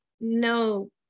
no